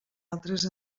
altres